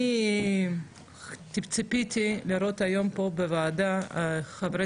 אני ציפיתי לראות היום פה בוועדה חברי